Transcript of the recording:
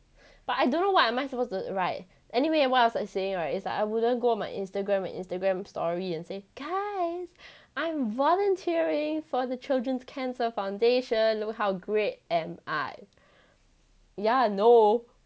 but I don't know what am I supposed to write anyway and what I was like saying right it's like I wouldn't go on my instagram instagram story and say guys I'm volunteering for the children's cancer foundation look how great am I yeah no